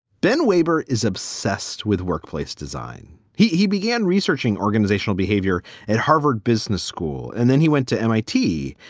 ben waber is obsessed with workplace design. he he began researching organizational behavior at harvard business school. and then he went to m i t.